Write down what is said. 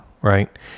right